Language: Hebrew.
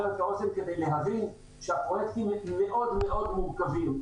את האוזן כדי להבין שהפרויקטים מאוד מאוד מורכבים.